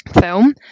film